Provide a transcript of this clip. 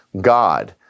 God